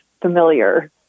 familiar